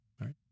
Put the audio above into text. Right